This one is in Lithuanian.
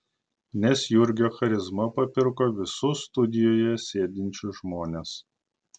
nes jurgio charizma papirko visus studijoje sėdinčius žmones